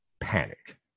panic